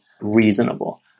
reasonable